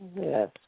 Yes